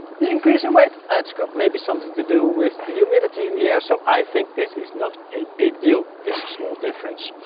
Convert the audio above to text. the increase in weight, ah that's got maybe something to do with the humidity in the air, so i think this is not a big deal, this small difference.